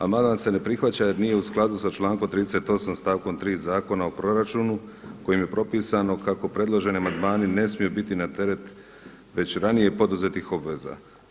Amandman se ne prihvaća jer nije u skladu sa člankom 38. stavkom 3. Zakona o proračunu kojim je propisano kako predloženi amandmani ne smiju biti na teret već ranije poduzetnih obveza.